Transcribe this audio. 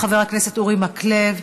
חבר הכנסת אורי מקלב,